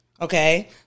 Okay